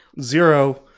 zero